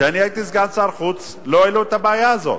כשאני הייתי סגן שר החוץ לא העלו את הבעיה הזאת.